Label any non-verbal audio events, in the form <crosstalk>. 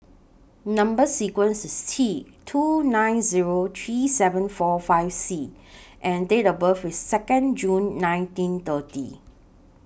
Number sequence IS T two nine Zero three seven four five C <noise> and Date of birth IS Second June nineteen thirty